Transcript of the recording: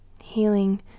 healing